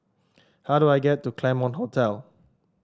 how do I get to The Claremont Hotel